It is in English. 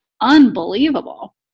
unbelievable